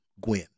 Gwen